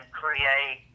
create